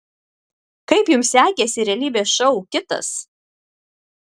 kaip jums sekėsi realybės šou kitas